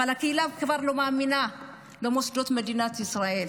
אבל הקהילה כבר לא מאמינה למוסדות מדינת ישראל,